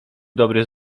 dobry